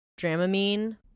dramamine